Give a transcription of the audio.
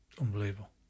unbelievable